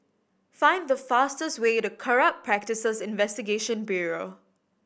find the fastest way to Corrupt Practices Investigation Bureau